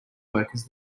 workers